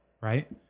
Right